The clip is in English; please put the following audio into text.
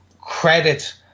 credit